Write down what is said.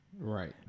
Right